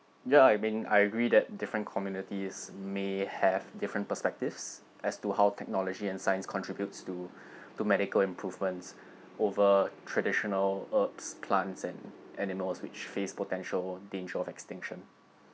ya I mean I agree that different communities may have different perspectives as to how technology and science contributes to to medical improvements over traditional herbs plants and animals which faced potential danger of extinction